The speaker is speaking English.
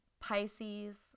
Pisces